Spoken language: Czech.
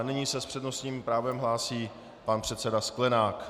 Nyní se s přednostním právem hlásí pan předseda Sklenák.